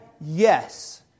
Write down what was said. Yes